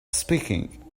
speaking